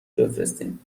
بفرستین